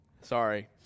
Sorry